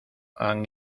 han